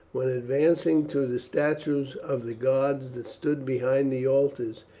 when advancing to the statues of the gods that stood behind the altars,